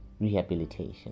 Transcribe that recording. rehabilitation